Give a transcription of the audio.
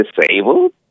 disabled